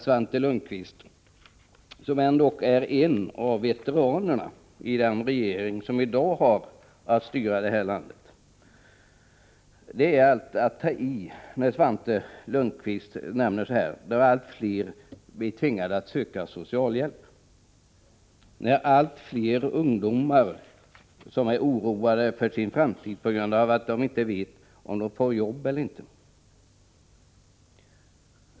Svante Lundkvist är ändå en av veteranerna i den regering som i dag har att styra det här landet. Det är verkligen att ta i när Svante Lundkvist talar på detta sätt — allt fler människor tvingas söka socialhjälp och allt fler ungdomar är oroade för sin framtid, bl.a. därför att de inte vet om de får något jobb.